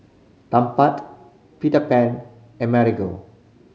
Tempt Peter Pan and Marigold